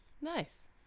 nice